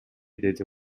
деди